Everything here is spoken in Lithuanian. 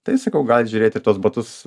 tai sakau galit žiūrėti tuos batus